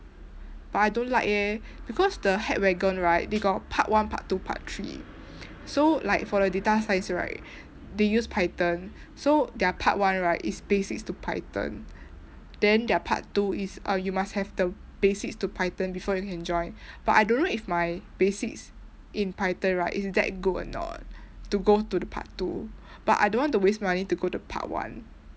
but I don't like eh because the hackwagon right they got part one part two part three so like for the data science right they use python so their part one right is basics to python then their part two is err you must have the basics to python before you can join but I don't know if my basics in python right is that good or not to go to the part two but I don't want to waste money to go to part one